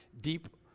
deep